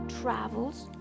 travels